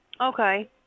Okay